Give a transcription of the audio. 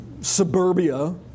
suburbia